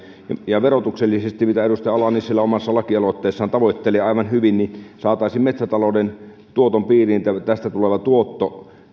ja verotuksellisesti mitä edustaja ala nissilä omassa lakialoitteessaan tavoitteli aivan hyvin saataisiin metsätalouden tuoton piiriin tästä tuleva tuotto